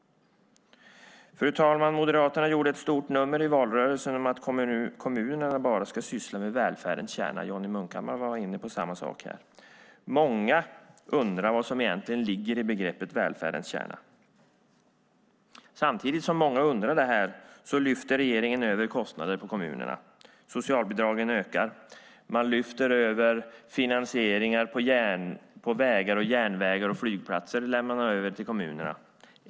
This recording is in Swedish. Fru talman! Moderaterna gjorde ett stort nummer i valrörelsen av att kommunerna bara ska syssla med välfärdens kärna. Johnny Munkhammar var inne på samma sak här. Många undrar vad som egentligen ligger i begreppet välfärdens kärna. Samtidigt som många undrar över det här lyfter regeringen över kostnaderna till kommunerna. Socialbidragen ökar. Finansiering av järnvägar, vägar och flygplatser lämnar man över till kommunerna.